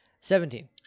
Seventeen